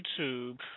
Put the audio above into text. YouTube